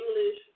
English